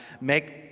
Make